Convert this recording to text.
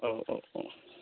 औ औ औ